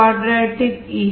52 D m1 1 11KsSi0